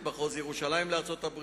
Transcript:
בחוץ-לארץ?